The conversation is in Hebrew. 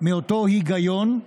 מאותו היגיון,